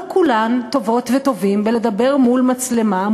לא כולן טובות וטובים בדיבור מול מצלמה,